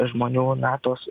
žmonių na tos